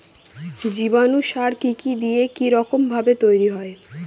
জীবাণু সার কি কি দিয়ে কি রকম ভাবে তৈরি হয়?